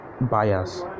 buyers